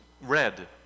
Red